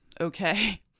okay